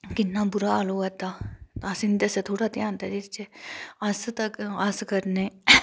किन्ना बुरा हाल होआ दा अस इन्दै आस्सै ते थोह्ड़ा ध्यान देचै अस तां अस करने